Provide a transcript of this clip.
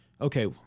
okay